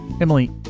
Emily